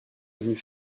devenus